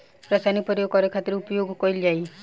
रसायनिक प्रयोग करे खातिर का उपयोग कईल जाइ?